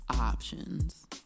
options